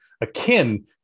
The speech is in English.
akin